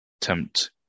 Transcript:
tempt